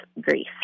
grief